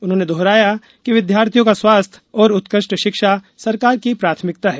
उन्होंने दोहराया कि विद्यार्थियों का स्वास्थ्य और उत्कृष्ट शिक्षा सरकार की प्राथमिकता है